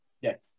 Yes